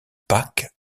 pack